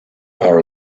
are